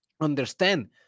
understand